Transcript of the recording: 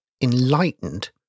enlightened